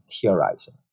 theorizing